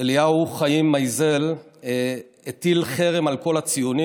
אליהו חיים מייזל, הטיל חרם על כל הציונים.